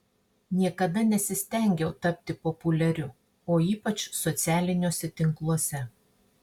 niekada nesistengiau tapti populiariu o ypač socialiniuose tinkluose